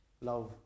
love